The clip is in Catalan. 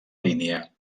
línia